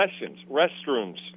restrooms